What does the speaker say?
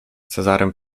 cezarym